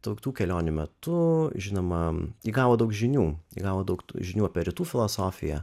tų kelionių metu žinoma įgavo daug žinių gavo daug žinių apie rytų filosofiją